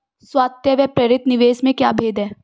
स्वायत्त व प्रेरित निवेश में क्या भेद है?